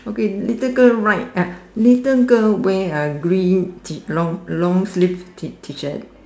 okay little girl right ah little girl wear a green T long long sleeves T T shirt